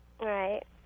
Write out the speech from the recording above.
Right